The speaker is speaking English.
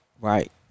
Right